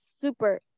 super